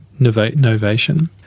Novation